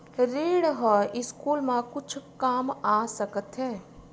ऋण ह स्कूल मा कुछु काम आ सकत हे?